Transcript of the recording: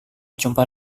jumpa